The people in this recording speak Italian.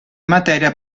materia